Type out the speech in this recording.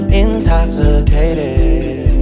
intoxicated